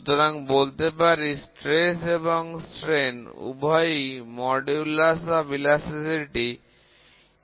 সুতরাং বলতে পারি চাপ এবং বিকৃতি উভয়ই স্থিতিস্থাপকতা মাপাংক E এর সাথে যুক্ত